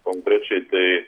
konkrečiai tai